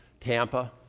Tampa